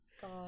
God